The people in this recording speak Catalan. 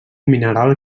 mineral